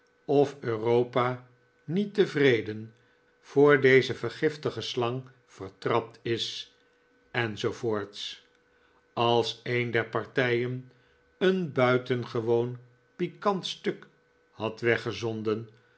of europa niet tevreden voor deze vergiftige slang vertrapt is en zoo voorts als een der partijen een buitengewoon pikant stuk had